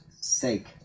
sake